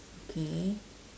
okay